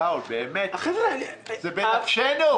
שאול, באמת זה בנפשנו.